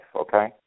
okay